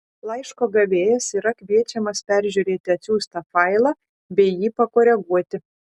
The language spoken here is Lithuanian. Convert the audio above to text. laiško gavėjas yra kviečiamas peržiūrėti atsiųstą failą bei jį pakoreguoti